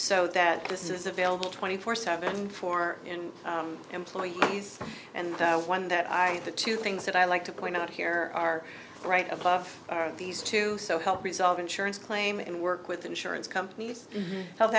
so that this is available twenty four seven for employees and one that i the two things that i like to point out here are right above these two so help resolve insurance claim and work with insurance companies health